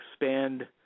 expand